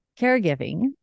caregiving